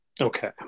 Okay